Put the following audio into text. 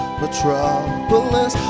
metropolis